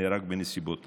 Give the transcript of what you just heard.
נהרג בנסיבות טרגיות.